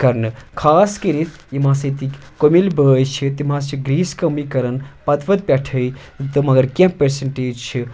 کرنہٕ خاص کٔرِتھ یِم ہَسا ییٚتِکۍ کوٚمِل بٲے چھِ تِم ہَسا چھِ گریٖسۍ کٲمٕے کَران پَتہٕ وَتہٕ پٮ۪ٹھَے تہٕ مگر کینٛہہ پٔرسَنٹیج چھِ